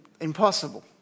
impossible